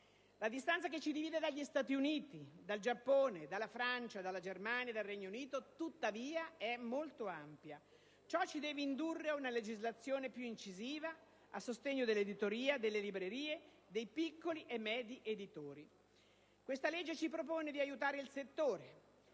La distanza che ci divide dagli Stati Uniti, dal Giappone, dalla Francia, dalla Germania e dal Regno Unito tuttavia è ampia. Ciò ci deve indurre ad una legislazione più incisiva a sostegno dell'editoria, delle librerie, dei piccoli e medi editori. Questa legge si propone di aiutare il settore.